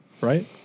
right